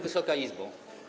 Wysoka Izbo!